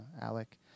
Alec